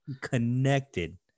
Connected